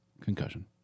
Concussion